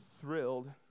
thrilled